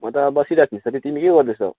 म त बसिरहेको छु साथी तिमी के गर्दैछौ